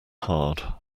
hard